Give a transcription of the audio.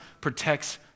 protects